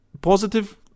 positive